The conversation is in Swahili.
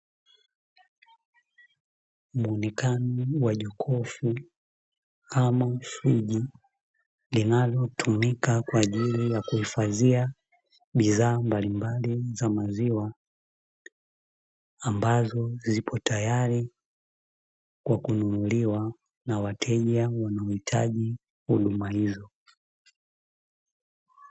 Muonekano wa jokofu ama friji linalotumika kwa ajili ya kuhifadhia bidhaa mbalimbali za maziwa ambazo zipo tayari kwa kununuliwa na wateja wanaohitaji huduma hizo.